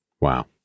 Wow